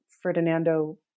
Ferdinando